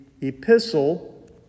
epistle